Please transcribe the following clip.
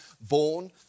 born